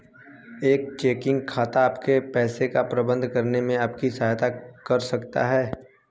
एक चेकिंग खाता आपके पैसे का प्रबंधन करने में आपकी सहायता कैसे कर सकता है?